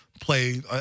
play